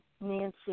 Nancy